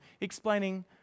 explaining